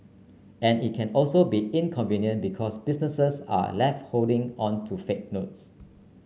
and it can also be inconvenient because businesses are left holding on to fake notes